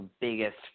biggest